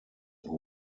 who